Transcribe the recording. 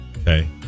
Okay